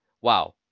wow